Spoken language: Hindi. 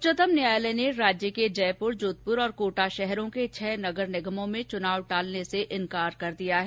उच्चतम न्यायालय ने राज्य के जयपुर जोधपुर और कोटा शहरों के छह नगर निगमों में चुनाव टालने से इनकार कर दिया है